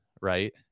right